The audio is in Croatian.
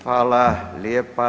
Hvala lijepa.